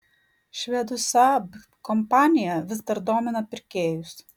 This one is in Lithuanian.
švedų saab kompanija vis dar domina pirkėjus